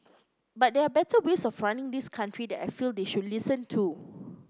but there are better ways of running this country that I feel they should listen to